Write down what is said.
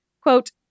quote